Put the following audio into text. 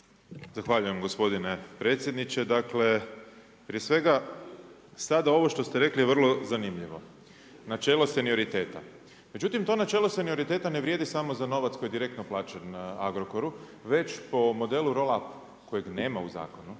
Zahvaljujem gospodine predsjedniče. Dakle, prije svega sada ovo što ste rekli je vrlo zanimljivo. Načelo senioriteta. Međutim to načelo senioriteta ne vrijedi samo za novac koji je direktno plaćen Agrokoru već po modelu roll-up kojeg nema u zakonu,